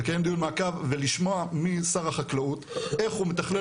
לקיים דיון מעקב ולשמוע משר החקלאות איך הוא מתכלל